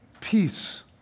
peace